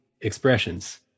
expressions